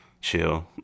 chill